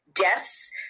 deaths